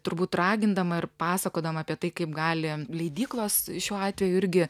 turbūt ragindama ir pasakodama apie tai kaip gali leidyklos šiuo atveju irgi